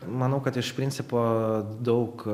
manau kad iš principo daug